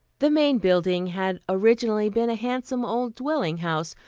the main building had originally been a handsome old dwelling house,